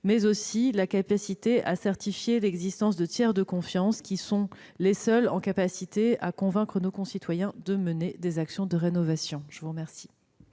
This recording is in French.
mais aussi la capacité à certifier l'existence de tiers de confiance, qui sont seuls capables de convaincre nos concitoyens de mener des actions de rénovation. La parole